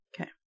Okay